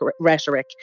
rhetoric